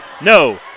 No